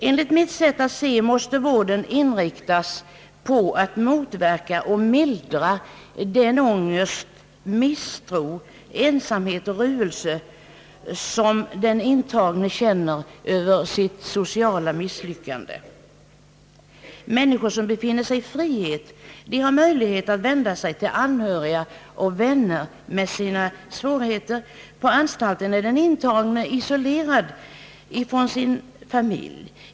Enligt mitt sätt att se måste vården inriktas på att motverka och mildra den ångest, misstro, ensamhet och ruelse som den intagne känner över sitt sociala misslyckande, Människor som befinner sig i frihet har möjlighet att vända sig till anhöriga och vänner med sina svårigheter. På anstalten är den intagne isolerad från sin familj.